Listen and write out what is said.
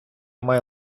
має